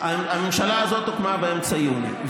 הממשלה הזאת הוקמה באמצע יוני,